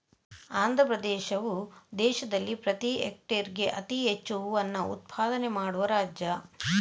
ಆಂಧ್ರಪ್ರದೇಶವು ದೇಶದಲ್ಲಿ ಪ್ರತಿ ಹೆಕ್ಟೇರ್ಗೆ ಅತಿ ಹೆಚ್ಚು ಹೂವನ್ನ ಉತ್ಪಾದನೆ ಮಾಡುವ ರಾಜ್ಯ